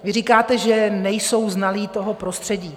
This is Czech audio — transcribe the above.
Vy říkáte, že nejsou znalí toho prostředí.